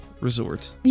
Resort